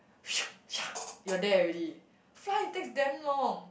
you are there already fly takes damn long